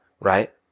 right